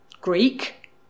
Greek